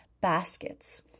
baskets